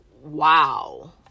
Wow